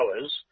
hours